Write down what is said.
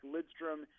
Lidstrom